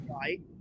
right